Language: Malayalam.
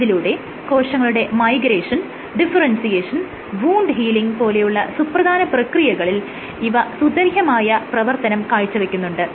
ഇതിലൂടെ കോശങ്ങളുടെ മൈഗ്രേഷൻ ഡിഫറെൻസിയേഷൻ വൂണ്ട് ഹീലിംഗ് പോലെയുള്ള സുപ്രധാന പ്രക്രിയകളിൽ ഇവ സുത്യർഹമായ പ്രവർത്തനം കാഴ്ചവെക്കുന്നുണ്ട്